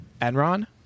Enron